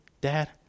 Dad